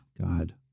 God